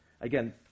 Again